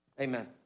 Amen